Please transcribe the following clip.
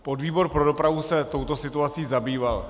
Podvýbor pro dopravu se touto situací zabýval.